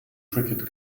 cricket